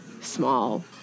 small